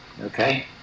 Okay